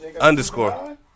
underscore